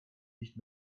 nicht